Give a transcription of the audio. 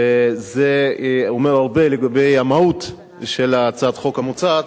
וזה אומר הרבה לגבי המהות של הצעת החוק המוצעת.